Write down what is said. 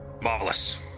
Marvelous